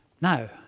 Now